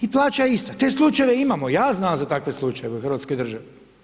I plaća je ista, te slučajeve imamo, ja znam za takve slučajeve u hrvatskoj državi.